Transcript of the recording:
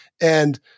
and-